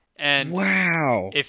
Wow